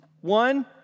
One